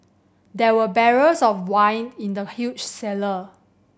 there were barrels of wine in the huge cellar